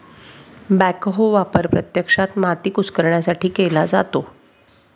backhoe वापर प्रत्यक्षात माती कुस्करण्यासाठी केला जातो